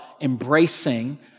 embracing